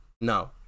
No